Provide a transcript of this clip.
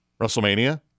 WrestleMania